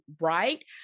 right